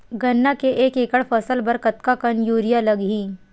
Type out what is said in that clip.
गन्ना के एक एकड़ फसल बर कतका कन यूरिया लगही?